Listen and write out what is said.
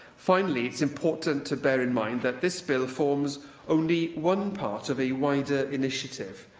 finally, it's important to bear in mind that this bill forms only one part of a wider initiative.